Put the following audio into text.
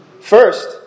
First